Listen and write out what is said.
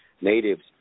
natives